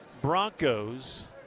Broncos